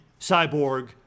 Cyborg